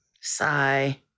Sigh